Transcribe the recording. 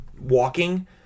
walking